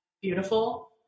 beautiful